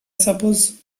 suppose